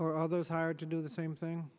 or all those hired to do the same thing